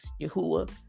Yahuwah